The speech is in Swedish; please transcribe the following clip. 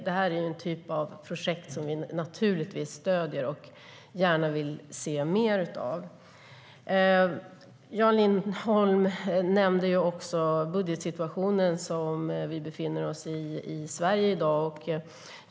Det är en typ av projekt som vi naturligtvis stöder och gärna vill se mer av. Jan Lindholm nämnde också den budgetsituation som vi i Sverige i dag befinner oss i.